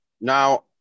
Now